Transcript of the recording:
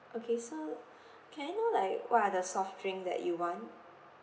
okay so can I know like what are the soft drinks that you want